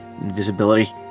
Invisibility